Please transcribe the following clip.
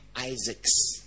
Isaacs